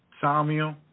Samuel